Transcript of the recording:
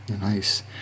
Nice